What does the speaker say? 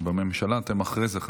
בממשלה אתם אחרי זה.